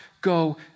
go